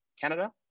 Canada